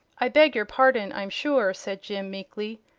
i beg your pardon, i'm sure, said jim, meekly.